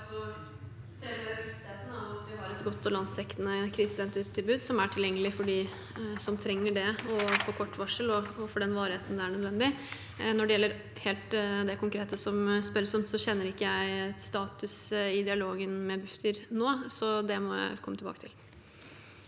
vi har et godt og landsdekkende krisesentertilbud som er tilgjengelig for dem som trenger det – på kort varsel og for den varigheten som er nødvendig. Når det gjelder det helt konkrete det spørres om, kjenner jeg ikke status i dialogen med Bufdir nå, så det må jeg komme tilbake til.